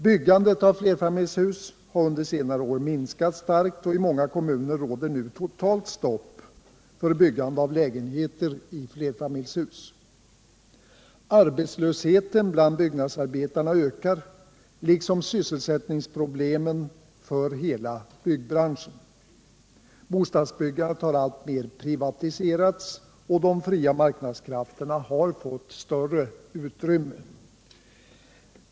Byggandet av flerfamiljshus har under senare år minskat starkt, och i många kommuner råder nu totalt stopp för byggande av lägenheter i flerfamiljshus. Arbetslösheten bland byggnadsarbetarna ökar liksom sysselsättningsproblemen för hela byggbranschen. Bostadsbyggandet har alltmer privatiserats, och de fria marknadskrafterna har fått större utrymme.